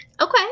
Okay